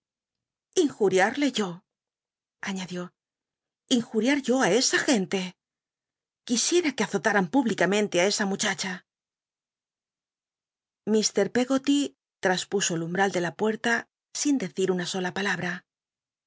inju le yo añadió injuriar yo i esa gente quisiera que azolaran públicamente ü esa muchacha mr peggoty traspuso el nmbl ll de la pucla sin dcci t una sula pa